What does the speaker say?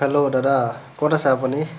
hello দাদা ক'ত আছে আপুনি